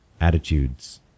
attitudes